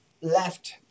left